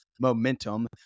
momentum